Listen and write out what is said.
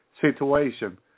situation